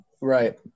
right